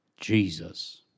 Jesus